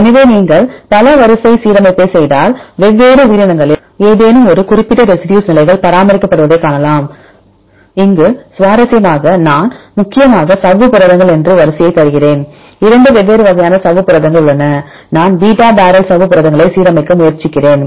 எனவே நீங்கள் பல வரிசை சீரமைப்பைச் செய்தால் வெவ்வேறு உயிரினங்களில் ஏதேனும் ஒரு குறிப்பிட்ட ரெசிடியூஸ் நிலைகள் பராமரிக்கப்படுவதை காணலாம் இங்கு சுவாரஸ்யமாக நான் முக்கியமாக சவ்வு புரதங்கள் என்று வரிசையை தருகிறேன் 2 வெவ்வேறு வகையான சவ்வு புரதங்கள் உள்ளன நான் பீட்டா பேரல் சவ்வு புரதங்களைப் சீரமைக்க முயற்சிக்கிறேன்